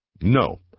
No